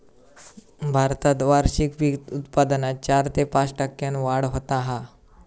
भारतात वार्षिक पीक उत्पादनात चार ते पाच टक्क्यांन वाढ होता हा